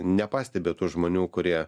nepastebi tų žmonių kurie